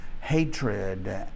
hatred